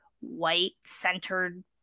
white-centered